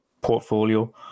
portfolio